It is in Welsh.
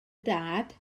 dad